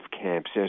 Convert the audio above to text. camps